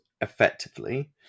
effectively